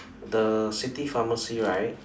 the city pharmacy right